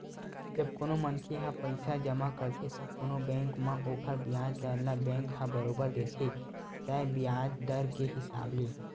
जब कोनो मनखे ह पइसा जमा करथे त कोनो बेंक म ओखर बियाज दर ल बेंक ह बरोबर देथे तय बियाज दर के हिसाब ले